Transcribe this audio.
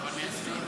אבל מיישמים.